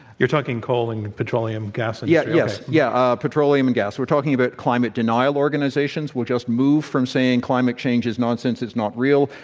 you're talking coal and petroleum gases? yeah, yes, yeah, petroleum and gas. we're talking about climate denial organizations will just move from saying, climate change is nonsense it's not real,